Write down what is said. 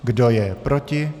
Kdo je proti?